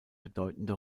bedeutende